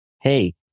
hey